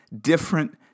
different